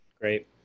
Great